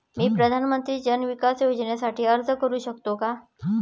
मी प्रधानमंत्री जन विकास योजनेसाठी अर्ज करू शकतो का?